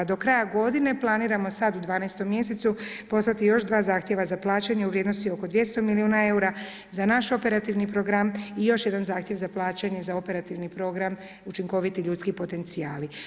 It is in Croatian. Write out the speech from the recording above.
Do kraja godine planiramo sada u 12. mjesecu poslati još dva zahtjeva za plaćanje u vrijednosti oko 200 milijuna eura za naš operativni program i još jedan zahtjev za plaćanje za operativni program učinkoviti ljudski potencijali.